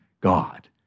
God